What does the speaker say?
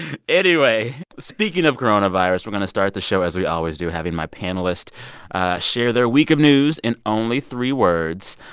anyway, speaking of coronavirus, we're going to start the show as we always do, having my panelists share their week of news in only three words.